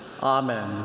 Amen